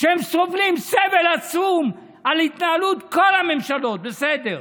הם סובלים סבל עצום, על התנהלות כל הממשלות, בסדר,